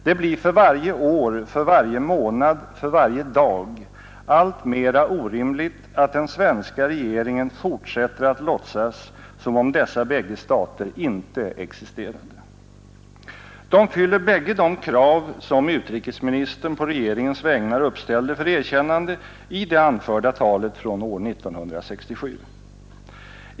Det blir för varje år, för varje månad, för varje dag alltmera orimligt att den svenska regeringen fortsätter att låtsas som om dessa bägge stater inte existerade. De fyller bägge de krav som utrikesministern på regeringens vägnar uppställde för erkännande i det anförda talet från år 1967.